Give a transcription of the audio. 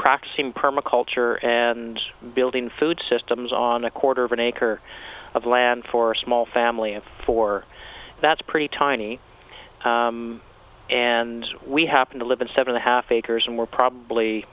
practicing permaculture and building food systems on a quarter of an acre of land for a small family of four that's pretty tiny and we happen to live in seven a half acres and we're probably